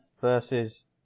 versus